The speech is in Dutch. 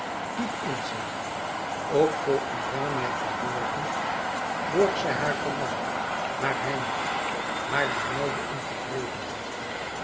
diep in zich ook voor urania verborgen borg zij haar verlangen haar heimwee hare benauwende ontevredenheid